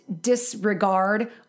disregard